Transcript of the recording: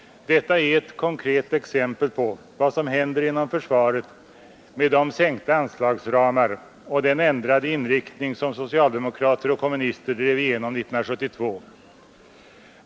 Detta är ett konkret exempel på vad som händer inom försvaret med de sänkta anslagsramar och den ändrade inriktning som socialdemokrater och kommunister drev igenom 1972.